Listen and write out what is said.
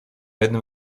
jednym